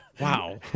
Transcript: wow